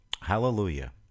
Hallelujah